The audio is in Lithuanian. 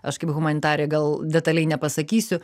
aš kaip humanitarė gal detaliai nepasakysiu